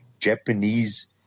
Japanese